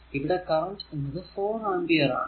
ഇവിടെ കറന്റ് എന്നത് 4 ആംപിയർ ആണ്